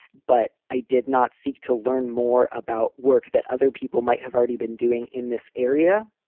but i did not seek to learn more about work that other people might have already been doing in this area.